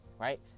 right